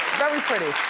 very pretty.